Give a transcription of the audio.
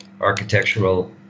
architectural